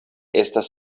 estas